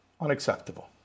Unacceptable